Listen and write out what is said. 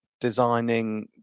designing